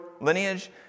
lineage